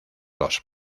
dos